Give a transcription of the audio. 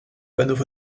panneaux